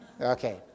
Okay